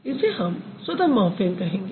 इसे हम स्वतंत्र मॉर्फ़िम कहेंगे